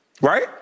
right